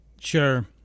Sure